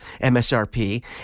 MSRP